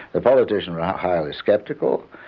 the politicians were highly sceptical.